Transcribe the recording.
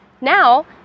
Now